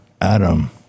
Adam